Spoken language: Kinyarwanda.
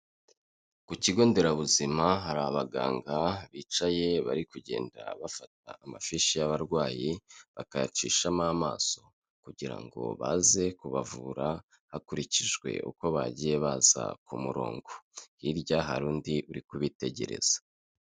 Ku kigo nderabuzima hari abaganga bicaye bari kugenda bafata amafishi y'abarwayi, bakayacishamo amaso kugira ngo baze kubavura, hakurikijwe uko bagiye baza ku murongo, hirya hari undi uri kubitegereza.